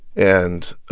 and